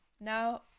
Now